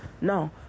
no